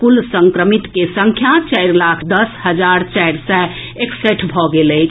कुल संक्रमित के संख्या चारि लाख दस हजार चारि सय एकसठि भऽ गेल अछि